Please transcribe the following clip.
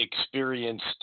experienced